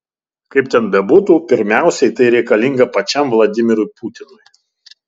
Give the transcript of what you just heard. kaip ten bebūtų pirmiausiai tai reikalinga pačiam vladimirui putinui